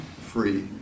free